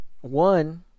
one